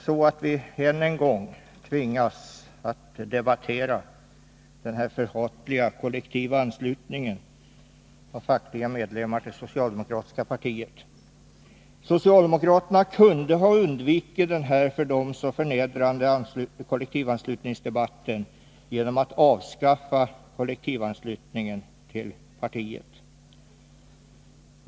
Vi tvingas nu än en gång debattera den förhatliga kollektiva anslutningen av fackliga medlemmar till det socialdemokratiska partiet. Socialdemokraterna kunde ha undvikit denna för dem så förnedrande kollektivanslutningsdebatt genom att avskaffa kollektivanslutningen till partiet.